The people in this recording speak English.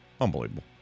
Unbelievable